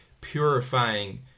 purifying